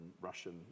Russian